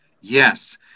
Yes